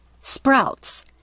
sprouts